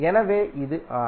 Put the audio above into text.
எனவே இது R